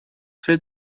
fällt